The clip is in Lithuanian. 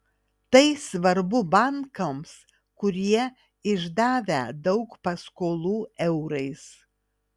tai svarbu bankams kurie išdavę daug paskolų eurais